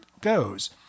goes